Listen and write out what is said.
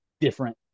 different